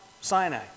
Sinai